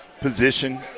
position